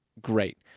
great